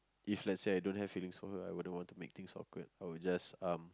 if let's say I don't have feelings for her I wouldn't want to make things awkward I would just um